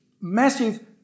massive